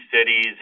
cities